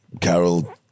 Carol